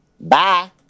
Bye